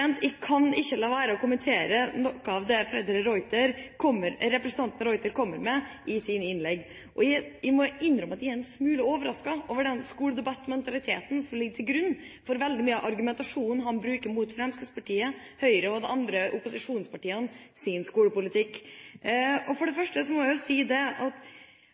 utdanning. Jeg kan ikke la være å kommentere noe av det representanten Freddy de Ruiter kommer med i sine innlegg. Jeg må innrømme at jeg er en smule overrasket over den skoledebattmentaliteten som ligger til grunn for veldig mye av argumentasjonen han bruker mot Fremskrittspartiet, Høyre og de andre opposisjonspartienes skolepolitikk. For det første legger han til grunn at høyresiden bare vil privatisere, privatisere, privatisere. Det er åpenbart at